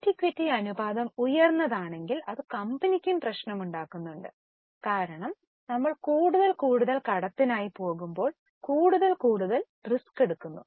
debt equity അനുപാതം ഉയർന്നതാണെങ്കിൽ അത് കമ്പനിക്കും പ്രശ്നമുണ്ടാക്കുന്നു കാരണം നമ്മൾ കൂടുതൽ കൂടുതൽ കടത്തിനായി പോകുമ്പോൾ കൂടുതൽ കൂടുതൽ റിസ്ക് എടുക്കുന്നു